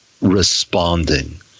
responding